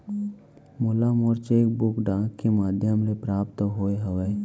मोला मोर cheque book डाक के मध्याम ले प्राप्त होय हवे